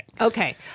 Okay